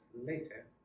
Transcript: later